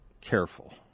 careful